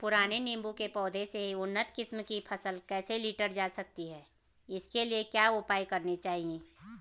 पुराने नीबूं के पौधें से उन्नत किस्म की फसल कैसे लीटर जा सकती है इसके लिए क्या उपाय करने चाहिए?